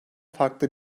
farklı